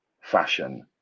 fashion